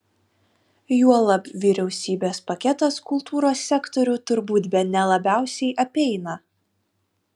juolab vyriausybės paketas kultūros sektorių turbūt bene labiausiai apeina